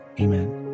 Amen